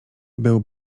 był